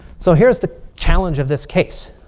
so here's the challenge of this case.